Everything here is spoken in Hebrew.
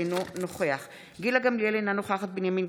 אינו נוכח אלי אבידר,